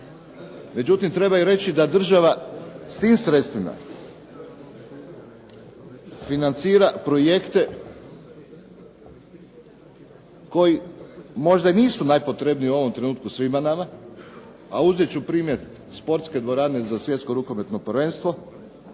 Međutim treba reći da država s tim sredstvima, financira projekte koji možda i nisu najpotrebniji u ovom trenutku svima nama. A uzet ću primjer sportske dvorane za Svjetsko rukometno prvenstvo.